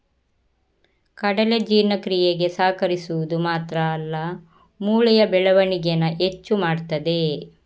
ಕಡಲೆ ಜೀರ್ಣಕ್ರಿಯೆಗೆ ಸಹಕರಿಸುದು ಮಾತ್ರ ಅಲ್ಲ ಮೂಳೆಯ ಬೆಳವಣಿಗೇನ ಹೆಚ್ಚು ಮಾಡ್ತದೆ